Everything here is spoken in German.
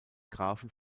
grafen